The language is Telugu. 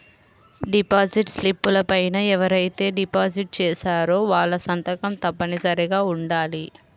డిపాజిట్ స్లిపుల పైన ఎవరైతే డిపాజిట్ చేశారో వాళ్ళ సంతకం తప్పనిసరిగా ఉండాలి